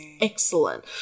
excellent